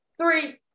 three